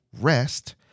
rest